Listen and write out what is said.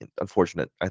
unfortunate